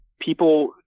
people